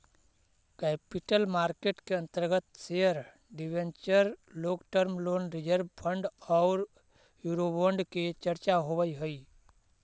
capital market के अंतर्गत share debenture long term loan reserve fund औउर यूरोबोंड के चर्चा होवऽ हई